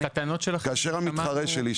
כאשר המתחרה שלי,